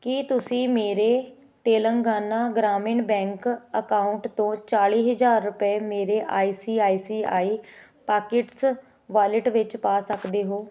ਕੀ ਤੁਸੀਂ ਮੇਰੇ Telangana Grameen bank account ਤੋਂ ਚਾਲੀ ਹਜ਼ਾਰ ਰੁਪਏ ਮੇਰੇ I C I C I pockets wallet ਵਿੱਚ ਪਾ ਸਕਦੇ ਹੋ